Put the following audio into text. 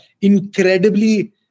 incredibly